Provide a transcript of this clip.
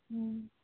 ହୁଁ